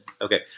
Okay